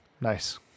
nice